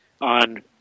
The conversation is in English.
on